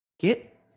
Get